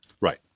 Right